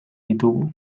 ditugu